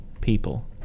people